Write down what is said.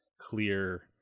clear